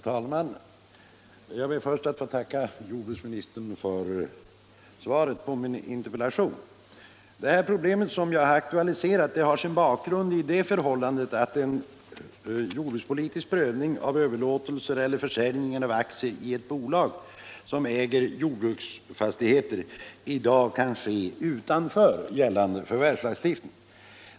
Herr talman! Jag ber först att få tacka jordbruksministern för svaret på min interpellation. Det problem som jag aktualiserat har sin bakgrund i det förhållandet att en jordpolitisk prövning av överlåtelser eller försäljning av aktier i ett bolag som äger jordbruksfastigheter i dag kan ske utanför gällande förvärvslagstiftning.